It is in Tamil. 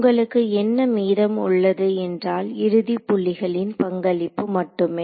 உங்களுக்கு என்ன மீதம் உள்ளது என்றால் இறுதி புள்ளிகளின் பங்களிப்பு மட்டுமே